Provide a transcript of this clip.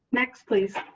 next, please.